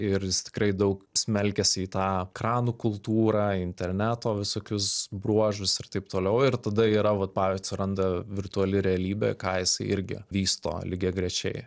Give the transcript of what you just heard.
ir tikrai daug smelkiasi į tą ekranų kultūrą interneto visokius bruožus ir taip toliau ir tada yra vat pa atsiranda virtuali realybė ką jisai irgi vysto lygiagrečiai